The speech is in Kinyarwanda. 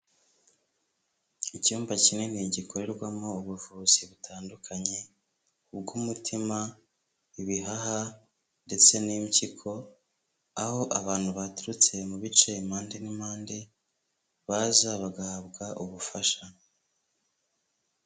Icyumba kinini gikorerwamo ubuvuzi butandukanye, ubw'umutima, ibihaha ndetse n'impyiko, aho abantu baturutse mu bice impande n'impande baza bagahabwa ubufasha.